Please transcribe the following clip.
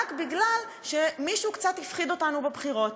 רק מפני שמישהו קצת הפחיד אותנו בבחירות.